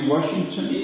Washington